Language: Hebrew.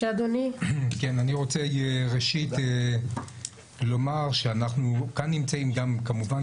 אני רוצה ראשית לומר שאנחנו נמצאים כאן כמובן גם